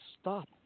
stop